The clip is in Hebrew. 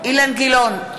אילן גילאון,